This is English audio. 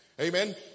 Amen